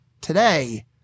today